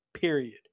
Period